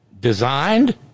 Designed